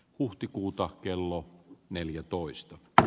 huhtikuuta kello neljätoista dr